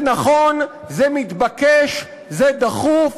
זה נכון, זה מתבקש, זה דחוף,